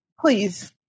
please